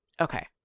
Okay